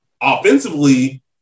offensively